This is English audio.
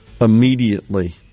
immediately